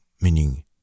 meaning